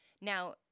Now